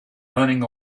running